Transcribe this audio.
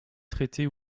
traités